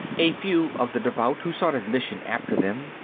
a few of the devout, who sought admission after them,